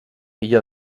illa